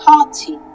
Party